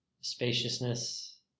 Spaciousness